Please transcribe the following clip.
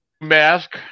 mask